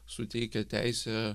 suteikė teisę